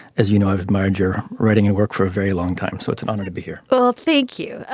as you noted mind your writing and work for a very long time so it's an honor to be here oh thank you.